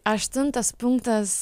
aštuntas punktas